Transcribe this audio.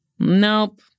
Nope